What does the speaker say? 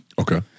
okay